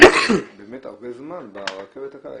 הרבה זמן ברכבת הקלה.